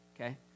Okay